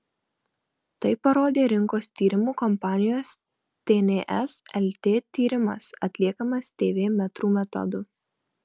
tai parodė rinkos tyrimų kompanijos tns lt tyrimas atliekamas tv metrų metodu